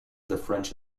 french